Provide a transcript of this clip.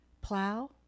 Plow